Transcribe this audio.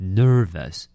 nervous